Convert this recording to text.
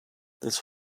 this